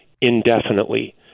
indefinitely